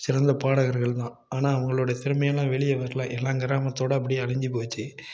சிறந்த பாடகர்கள் தான் ஆனால் அவங்களோடய திறமையெல்லாம் வெளியே வர்ல எல்லாம் கிராமத்தோடு அப்படியே அழிந்து போச்சு